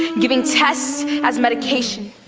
giving tests as medication.